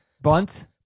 Bunt